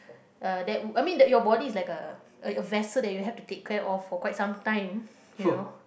uh that I mean your body is like a a a vessel that you have to take care of for quite sometime you know